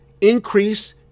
increase